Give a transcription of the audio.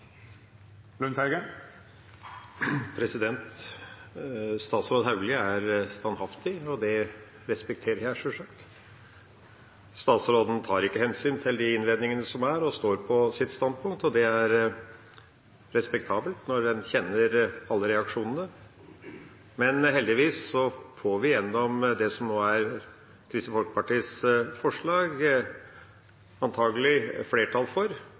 standhaftig, og det respekterer jeg sjølsagt. Statsråden tar ikke hensyn til de innvendingene som er, og står på sitt standpunkt, og det er respektabelt når en kjenner alle reaksjonene. Men heldigvis får vi gjennom Kristelig Folkepartis forslag antakelig flertall for